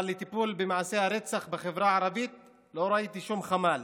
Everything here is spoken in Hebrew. אבל לטיפול במעשי הרצח בחברה הערבית לא ראיתי שום חמ"ל,